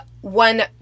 one